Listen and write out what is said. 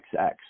XX